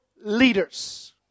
leaders